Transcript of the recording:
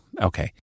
Okay